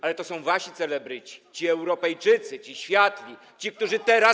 Ale to są wasi celebryci, ci Europejczycy, ci światli, ci, którzy teraz.